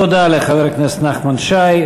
תודה לחבר הכנסת נחמן שי.